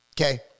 Okay